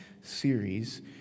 series